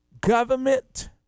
government